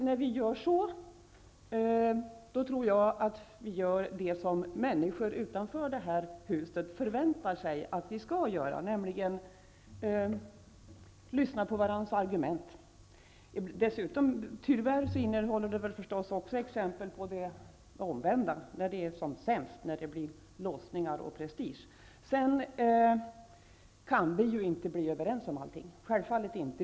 När vi gör så tror jag att vi gör det som människorna utanför det här huset förväntar sig att vi skall göra, nämligen lyssna på varandras argument. Tyvärr innehåller betänkandet förstås också exempel på det omvända, när politik är som sämst, när det blir låsningar och fråga om prestige. Vi kan självfallet inte vara överens om allting.